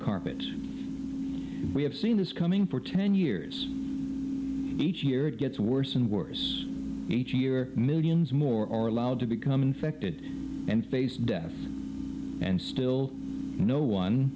carpet we have seen this coming for ten years each year it gets worse and worse each year millions more are allowed to become infected and face death and still no one